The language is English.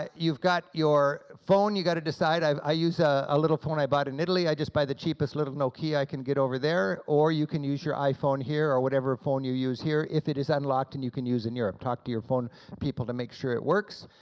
you've got your phone, you got to decide, i i use a ah little phone i bought in italy, i just buy the cheapest little nokia i can get over there, or you can use your iphone here, or whatever phone you use here, if it is unlocked and you can use it in europe. talk to your phone people to make sure it works.